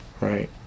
right